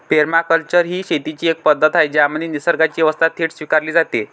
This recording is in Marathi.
पेरमाकल्चर ही शेतीची एक पद्धत आहे ज्यामध्ये निसर्गाची व्यवस्था थेट स्वीकारली जाते